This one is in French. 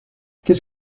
qu’est